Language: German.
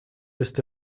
ist